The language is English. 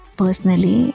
personally